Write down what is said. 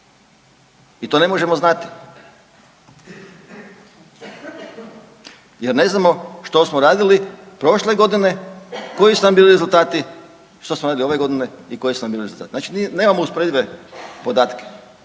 i to ne možemo znati jer ne znamo što smo radili prošle godine, koji su nam bili rezultati i što smo radili ove godine i koji su nam bili rezultati, znači nemamo usporedive podatke